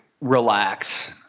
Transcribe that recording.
relax